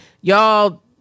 y'all